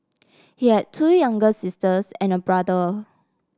he had two younger sisters and a brother